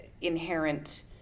inherent